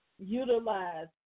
utilize